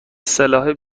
سلاح